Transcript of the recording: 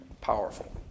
powerful